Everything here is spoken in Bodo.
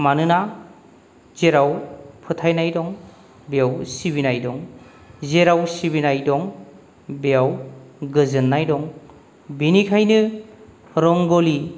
मानोना जेराव फोथायनाय दं बेयाव सिबिनाय दं जेराव सिबिनाय दं बेयाव गोजोननाय दं बिनिखायनो रंगलि